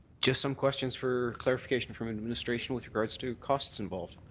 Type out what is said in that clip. just some questions for clarification from administration with regards to costs involved.